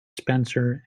spencer